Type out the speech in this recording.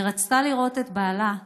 היא רצתה לראות את בעלה,